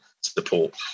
support